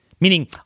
Meaning